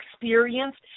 experienced